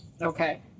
Okay